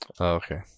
okay